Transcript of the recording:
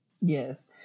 Yes